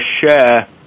share